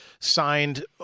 signed